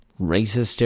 racist